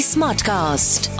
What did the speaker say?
Smartcast